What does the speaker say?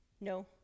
No